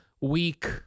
Week